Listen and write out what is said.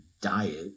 diet